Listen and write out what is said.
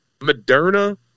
Moderna